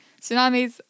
Tsunamis